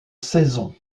saison